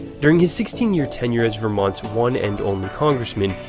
during his sixteen year tenure as vermont's one and only congressman,